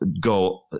go